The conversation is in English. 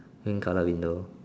pink colour window